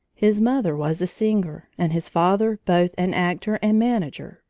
his mother was a singer, and his father both an actor and manager,